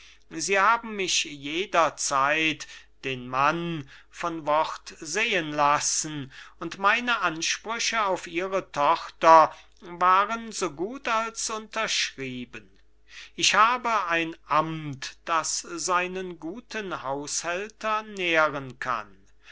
sie haben mich jederzeit den mann von wort sehen lassen und meine ansprüche auf ihre tochter waren so gut als unterschrieben ich habe ein amt das seinen guten haushälter nähren kann